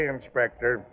Inspector